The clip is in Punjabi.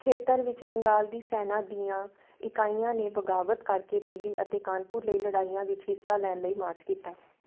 ਖੇਤਰ ਵਿੱਚ ਬੰਗਾਲ ਦੀ ਸੈਨਾ ਦੀਆਂ ਇਕਾਈਆਂ ਨੇ ਬਗਾਵਤ ਕਰਕੇ ਦਿੱਲੀ ਅਤੇ ਕਾਨਪੁਰ ਲਈ ਲੜਾਈਆਂ ਵਿੱਚ ਹਿੱਸਾ ਲੈਣ ਲਈ ਮਾਰਚ ਕੀਤਾ